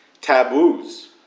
taboos